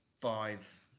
five